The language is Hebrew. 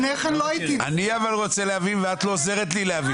אני רוצה להבין ואת לא עוזרת לי להבין.